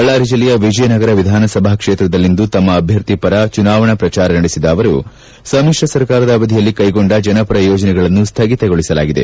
ಬಳ್ಣಾರಿ ಜಲ್ಲೆಯ ವಿಜಯನಗರ ವಿಧಾನ ಸಭಾ ಕ್ಷೇತ್ರದಲ್ಲಿಂದು ತಮ್ನ ಅಭ್ಲರ್ಥಿ ಪರ ಚುನಾವಣಾ ಪ್ರಚಾರ ನಡೆಸಿದ ಅವರು ಸಮಿಶ್ರ ಸರಕಾರದ ಅವಧಿಯಲ್ಲಿ ಕೈಗೊಂಡ ಜನಪರ ಯೋಜನೆಗಳನ್ನು ಸ್ವಗಿತಗೊಳಿಸಲಾಗಿದೆ